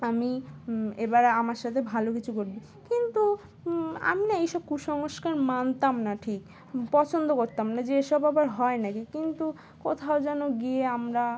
আমি এবারে আমার সাথে ভালো কিছু করবি কিন্তু আমি না এইসব কুসংস্কার মানতাম না ঠিক পছন্দ করতাম না যে এসব আবার হয় নাকি কিন্তু কোথাও যেন গিয়ে আমরা